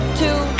two